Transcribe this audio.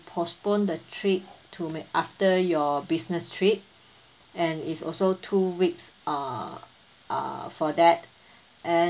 postpone the trip to make after your business trip and it's also two weeks err err for that and